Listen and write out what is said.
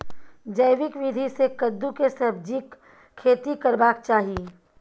जैविक विधी से कद्दु के सब्जीक खेती करबाक चाही?